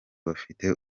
bafite